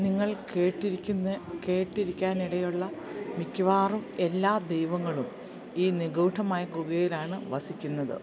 നിങ്ങൾ കേട്ടിരിക്കാനിടയുള്ള മിക്കവാറുമെല്ലാ ദൈവങ്ങളും ഈ നിഗൂഢമായ ഗുഹയിലാണ് വസിക്കുന്നത്